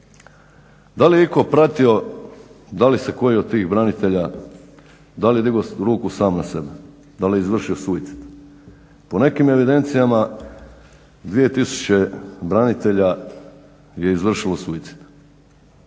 Da li je itko pratio da li se koji od tih branitelja da li je digao ruku sam na sebe, da li je izvršio suicid? Po nekim evidencijama 2000 branitelja je izvršilo suicid.